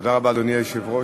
היושב-ראש,